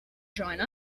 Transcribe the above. join